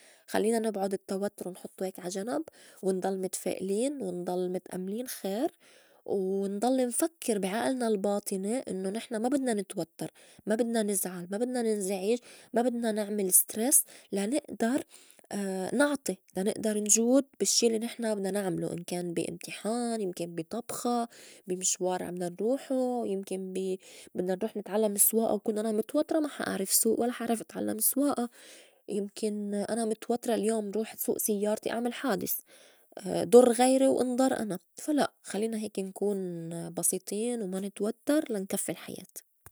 خلّينا نبعُد التوتُّر ونحطّو هيك عا جنب ونضل متفائلين ونضل متأملين خير و نضل نفكّر بي عئلنا الباطني إنّو نحن ما بدنا نتوتّر، ما بدنا نزعل، ما بدنا ننزعج، ما بدنا نعمل stress لا نقدر نعطي لا نقدر نجود بالشّي الّي نحن بدنا نعملو إن كان بي إمتحان يمكن بي طبخة، بي مشوار بدنا نروحو، يمكن بي بدنا نروح نتعلّم السوائة وكون أنا متوترة ما حا أعرف سوء ولا حا أعرف أتعلّم سوائة يمكن أنا متوترة اليوم روح سوء سيّارتي أعمل حادس ضُر غيري وإنضر أنا، فا لأ خلّينا هيك نكون بسيطين وما نتوتّر لنكفّي الحياة.